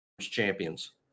champions